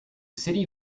city